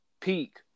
peak